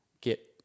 get